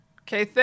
okay